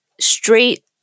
straight